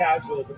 Casual